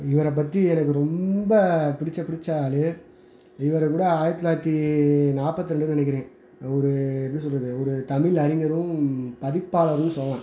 இவரை பற்றி எனக்கு ரொம்ப பிடிச்ச பிடிச்ச ஆள் இவர் கூட ஆயிரத்தி தொள்ளாயிரத்தி நாற்பத்தி ரெண்டுனு நினைக்கிறேன் ஒரு எப்படி சொல்வது ஒரு தமிழ் அறிஞரும் பதிப்பாளரும்னு சொல்லலாம்